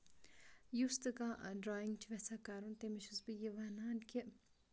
یُس تہِ کانٛہہ ڈرایِنگ چھُ یِژھان کَرُن تٔمِس چھس بہٕ یہِ وَنان کہِ